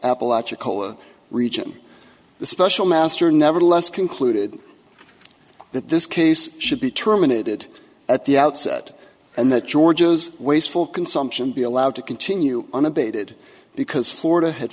apalachicola region the special master nevertheless concluded that this case should be terminated at the outset and that georgia's wasteful consumption be allowed to continue unabated because florida had